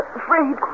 afraid